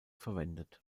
verwendet